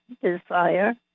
desire